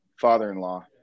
father-in-law